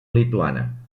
lituana